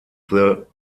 the